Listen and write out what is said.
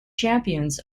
champions